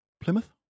Plymouth